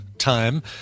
Time